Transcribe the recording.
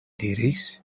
diris